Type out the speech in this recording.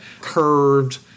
curved